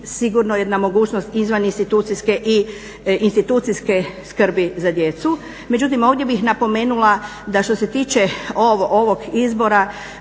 sigurno jedna mogućnost izvan institucijske i institucijske skrbi za djecu. Međutim, ovdje bih napomenula da što se tiče ovog izbora